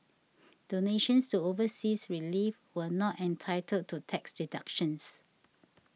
donations to overseas relief are not entitled to tax deductions